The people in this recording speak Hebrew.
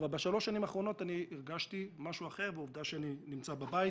אבל בשלוש השנים האחרונות הרגשתי משהו אחר ועובדה שאני נמצא בבית.